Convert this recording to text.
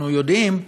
אנחנו יודעים,